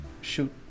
shoot